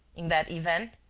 in that event,